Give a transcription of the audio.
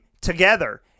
together